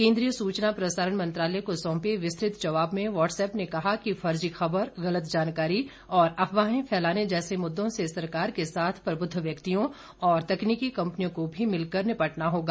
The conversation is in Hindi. केंद्रीय सूचना प्रसारण मंत्रालय को सौंपे विस्तृत जवाब में व्हाट्सएप ने कहा कि फर्जी खबर गलत जानकारी और अफवाहें फैलाने जैसे मुद्दों से सरकार के साथ प्रबुद्ध व्यक्तियों और तकनीकी कंपनियों को भी मिलकर निपटना होगा